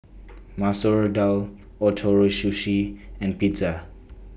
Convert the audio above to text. Masoor Dal Ootoro Sushi and Pizza